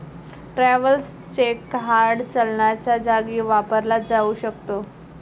travellers cheque hard चलनाच्या जागी वापरला जाऊ शकतो